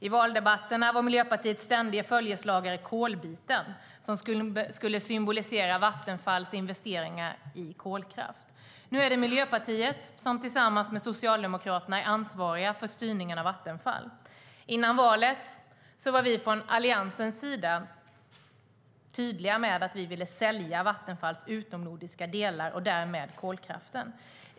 I valdebatterna var Miljöpartiet ständiga följeslagare en kolbit som skulle symbolisera Vattenfalls investeringar i kolkraft. Nu är det Miljöpartiet som tillsammans med Socialdemokraterna är ansvarigt för styrningen av Vattenfall. Före valet var vi från Alliansens sida tydliga med att vi ville sälja Vattenfalls utomnordiska delar och därmed kolkraften.